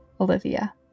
Olivia